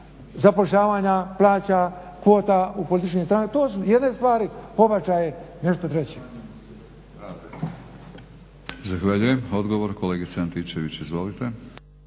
zapošljavanja, plaća, kvota u političkim strankama. To su jedne stvari, pobačaj je nešto treće.